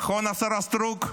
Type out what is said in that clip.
נכון השרה סטרוק?